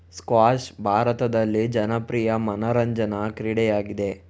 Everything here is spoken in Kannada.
ಸ್ಕ್ವಾಷ್ ಭಾರತದಲ್ಲಿ ಜನಪ್ರಿಯ ಮನರಂಜನಾ ಕ್ರೀಡೆಯಾಗಿದೆ